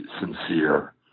sincere